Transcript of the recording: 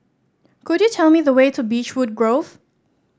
could you tell me the way to Beechwood Grove